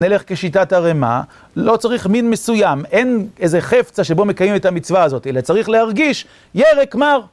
נלך כשיטת ערמה, לא צריך מין מסוים, אין איזה חפצה שבו מקיים את המצווה הזאת, אלא צריך להרגיש ירק מר...